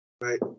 Right